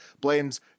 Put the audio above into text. blames